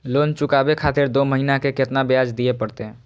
Loan चुकाबे खातिर दो महीना के केतना ब्याज दिये परतें?